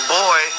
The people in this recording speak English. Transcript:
boy